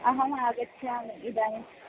अहम् आगच्छामि इदानीं